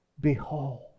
Behold